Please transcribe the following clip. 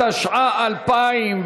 התשע"ה 2015,